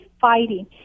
fighting